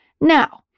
Now